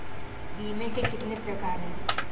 बीमे के कितने प्रकार हैं?